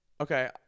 Okay